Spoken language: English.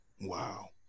wow